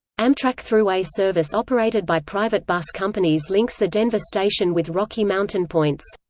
amtrak thruway service operated by private bus companies links the denver station with rocky mountain points.